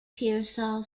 pearsall